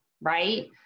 right